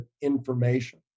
information